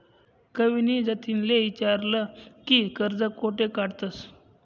कविनी जतिनले ईचारं की कर्ज कोठे काढतंस